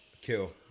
Kill